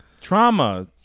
Trauma